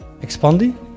expandi